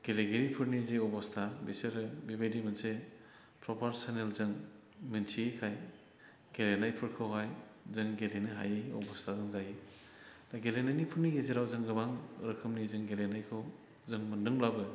गेलेगिरिफोरनि जि अबस्था बिसोरो बेबायदि मोनसे प्रपार सेनेलजों मिन्थियैखाय गेलेनायफोरखौहाय जों गेलेनो हायै अबस्था नुजायो दा गेलेनायनिफोरनि गेजेराव जों गोबां रोखोमनि जों गेलेनायखौ जों मोनदोंब्लाबो